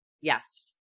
Yes